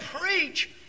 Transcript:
preach